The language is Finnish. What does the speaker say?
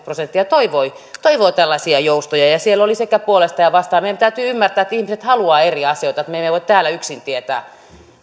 prosenttia toivoo tällaisia joustoja siellä oli sekä puolesta että vastaan meidän täytyy ymmärtää että ihmiset haluavat eri asioita että me emme voi täällä yksin tietää